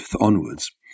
onwards